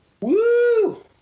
Woo